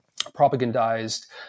propagandized